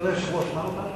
כבוד היושב-ראש, מה זה בעד?